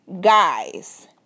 guys